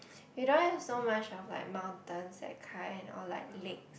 we don't have so much of like mountains that kind all like lake